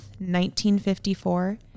1954